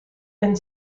and